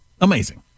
amazing